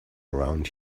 around